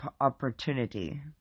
opportunity